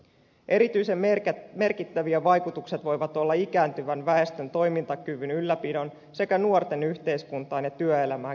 erityisen merkittäviä vaikutukset voivat olla ikääntyvän väestön toimintakyvyn ylläpidon sekä nuorten yhteiskuntaan ja työelämään kiinnittymisen kannalta